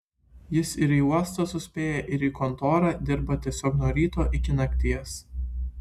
jis ir į uostą suspėja ir į kontorą dirba tiesiog nuo ryto iki nakties